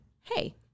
Hey